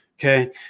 okay